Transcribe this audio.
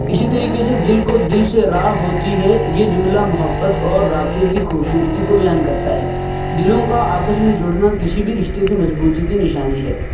اسی طریقے سے دل کو دل سے راہ ہوتی ہے یہ جملہ محبت اور رابطے کی خوبصورتی کو بیان کرتا ہے دلوں کا آپس میں جڑنا کسی بھی رشتے کی مضبوطی کی نشانی ہے